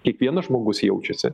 kiekvienas žmogus jaučiasi